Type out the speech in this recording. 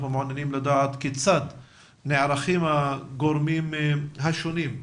אנחנו מעוניינים לדעת כיצד הגורמים השונים,